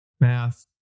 math